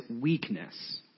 weakness